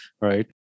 right